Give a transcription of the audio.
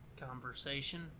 conversation